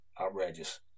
outrageous